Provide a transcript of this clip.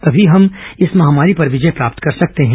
तभी हम इस महामारी पर विजय प्राप्त कर सकते हैं